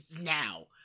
now